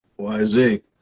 YZ